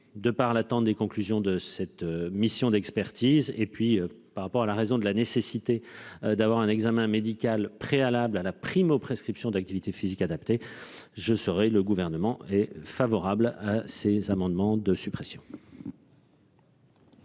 de part l'attente des conclusions de cette mission d'expertise. Et puis par rapport à la raison de la nécessité d'avoir un examen médical préalable à la primo-prescription d'activité physique adaptée. Je le gouvernement est favorable à ces amendements de suppression.